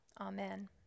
Amen